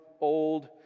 old